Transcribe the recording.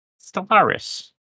Stellaris